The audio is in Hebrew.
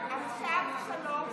עכשיו שלוש,